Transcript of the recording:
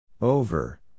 Over